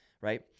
right